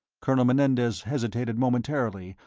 colonel menendez hesitated momentarily,